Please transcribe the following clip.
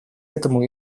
этому